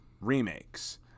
remakes